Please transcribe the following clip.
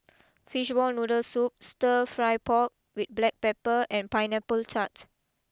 Fishball Noodle Soup Stir Fry Pork with Black Pepper and Pineapple Tart